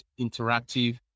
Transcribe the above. interactive